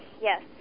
Yes